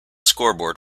scoreboard